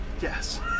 Yes